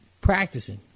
practicing